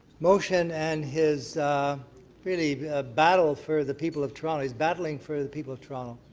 motion and his really battle for the people of toronto. he's battling for the people of toronto.